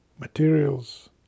Materials